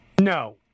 No